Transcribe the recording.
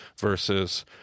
versus